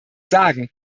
sagen